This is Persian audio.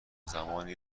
زمانی